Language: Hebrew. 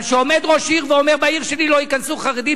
אבל כשעומד ראש עיר ואומר: בעיר שלי לא ייכנסו חרדים,